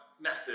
method